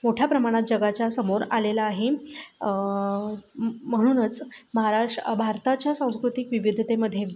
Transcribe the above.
मोठ्या प्रमाणात जगाच्या समोर आलेलं आहे म्हणूनच महाराष्ट्र भारताच्या सांस्कृतिक विविधतेमध्ये